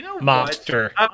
Monster